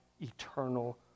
eternal